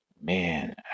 man